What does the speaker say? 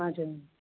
हजुर